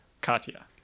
Katya